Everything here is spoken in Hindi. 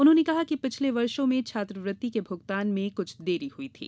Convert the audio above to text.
उन्होंने कहा कि पिछले वर्षों में छात्रवृत्ति के भुगतान में कुछ देरी हुई थी